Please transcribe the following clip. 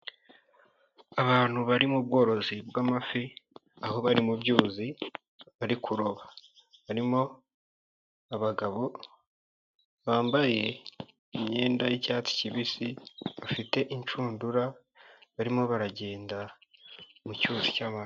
Abantu bari mu bworozi bw'amafi, aho bari mu byuzi bari kuroba, barimo abagabo bambaye imyenda y'icyatsi kibisi bafite inshundura barimo baragenda mu cyuzi cy'afi.